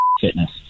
fitness